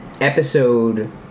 episode